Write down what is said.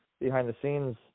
behind-the-scenes